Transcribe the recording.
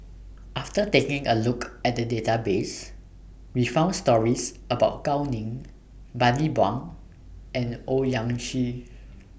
after taking A Look At The Database We found stories about Gao Ning Bani Buang and Owyang Chi